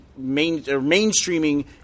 mainstreaming